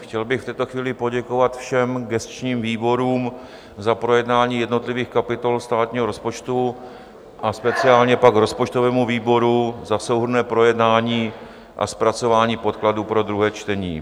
Chtěl bych v této chvíli poděkovat všem gesčním výborům za projednání jednotlivých kapitol státního rozpočtu a speciálně pak rozpočtovému výboru za souhrnné projednání a zpracování podkladů pro druhé čtení.